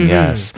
Yes